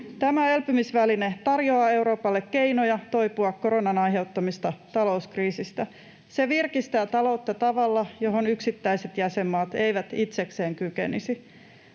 Tämä elpymisväline tarjoaa Euroopalle keinoja toipua koronan aiheuttamasta talouskriisistä. Se virkistää taloutta tavalla, johon yksittäiset jäsenmaat eivät itsekseen kykenisi.